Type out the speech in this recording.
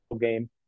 game